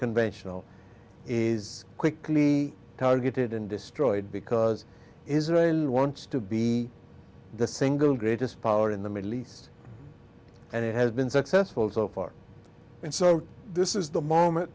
conventional is quickly targeted and destroyed because israel wants to be the single greatest power in the middle east and it has been successful so far and so this is the moment